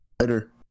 later